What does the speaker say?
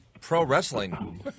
pro-wrestling